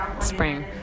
Spring